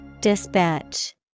Dispatch